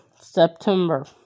September